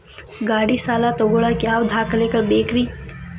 ಗಾಡಿ ಸಾಲ ತಗೋಳಾಕ ಯಾವ ದಾಖಲೆಗಳ ಬೇಕ್ರಿ?